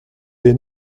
des